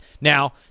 Now